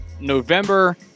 November